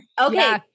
Okay